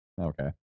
Okay